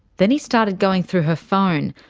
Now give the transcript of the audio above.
then he started going through her phone,